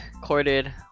recorded